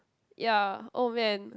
ya oh man